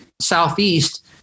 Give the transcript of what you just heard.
Southeast